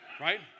Right